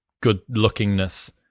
good-lookingness